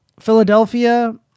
Philadelphia